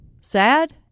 sad